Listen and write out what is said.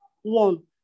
one